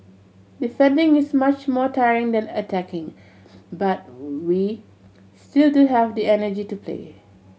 defending is much more tiring than attacking but we still do have the energy to play